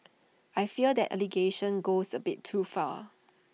I fear that allegation goes A bit too far